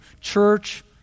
church